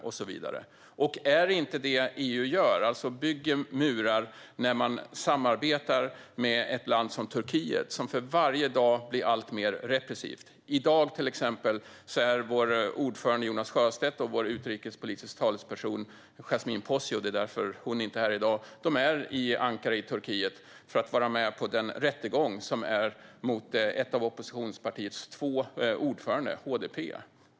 Är det inte att bygga murar som EU gör när man samarbetar med ett land som Turkiet, som för varje dag blir alltmer repressivt? I dag är vår ordförande Jonas Sjöstedt och vår utrikespolitiska talesperson Yasmine Posio Nilsson - det är därför hon inte är här i dag - i Ankara i Turkiet för att vara med på den rättegång som förs mot ett av oppositionspartiet HDP:s två ordförande.